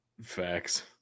facts